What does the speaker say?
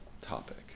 topic